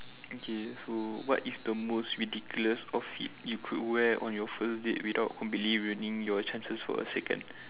okay so what is the most ridiculous outfit you could wear on your first date without completely ruining your chances for a second